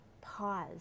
pause